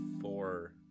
four